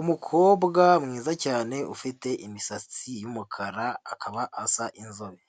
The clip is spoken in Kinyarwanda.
Umukobwa mwiza cyane ufite imisatsi y'umukara akaba asa inzobe,